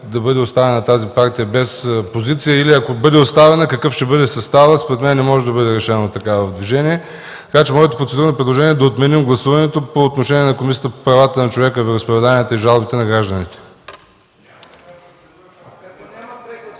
да бъде оставена тази партия без позиция, или ако бъде оставена, какъв ще бъде съставът? Според мен не може да бъде решено това от движение. Моето процедурно предложение е да отменим гласуването по отношение на Комисията по правата на човека, вероизповеданията и жалбите на гражданите.